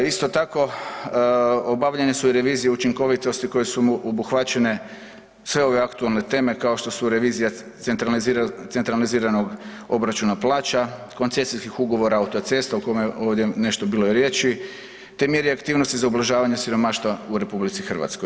Isto tako, obavljene su i revizije učinkovitosti koje su obuhvaćene sve ove aktualne teme kao što revizija centraliziranog obračuna plaća, koncesijskih ugovora autocesta o kome je ovdje nešto bilo i riječi te mjere i aktivnosti za ublažavanje siromaštva u RH.